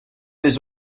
des